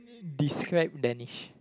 describe Danish